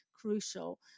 crucial